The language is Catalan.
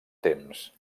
temps